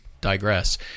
digress